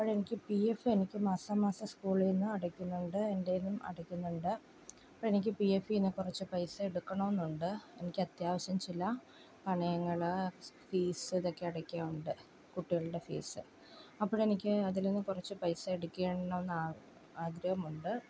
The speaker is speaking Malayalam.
അപ്പോഴെനിക്ക് പി എഫ് എനിക്ക് മാസാമാസം സ്ക്കൂളിൽനിന്ന് അടയ്ക്കുന്നുണ്ട് എന്റെ കയ്യിൽ നിന്നും അടയ്ക്കുന്നുണ്ട് അപ്പോഴെനിക്ക് പി എഫിൽനിന്ന് കുറച്ച് പൈസയെടുക്കണമെന്നുണ്ട് എനിക്കത്യാവശ്യം ചില പണയങ്ങൾ ഫീസ്സ് ഇതൊക്കെ അടയ്ക്കാൻ ഉണ്ട് കുട്ടികളുടെ ഫീസ് അപ്പൊഴെനിക്ക് അതിൽനിന്ന് കുറച്ച് പൈസയെടുക്കണമെന്ന് ആഗ്രഹമുണ്ട്